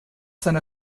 seiner